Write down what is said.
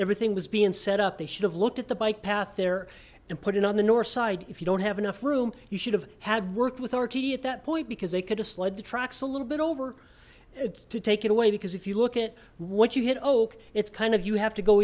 everything was being set up they should have looked at the bike path there and put it on the north side if you don't have enough room you should have had worked with rtd at that point because they could have sled the tracks a little bit over to take it away because if you look at what you hit oak it's kind of you have to go